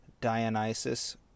Dionysus